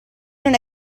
non